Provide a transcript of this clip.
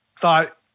thought